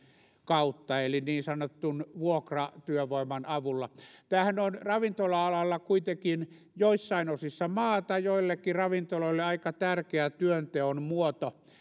kautta eli niin sanotun vuokratyövoiman avulla tämähän on ravintola alalla kuitenkin joissain osissa maata joillekin ravintoloille aika tärkeä työnteon muoto